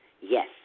Yes